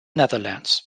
netherlands